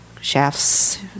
chefs